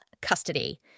custody